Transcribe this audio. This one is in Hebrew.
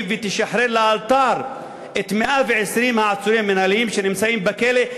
ותשחרר לאלתר את 120 העצורים המינהליים שנמצאים בכלא.